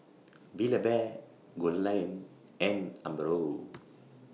Build A Bear Goldlion and Umbro